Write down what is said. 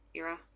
era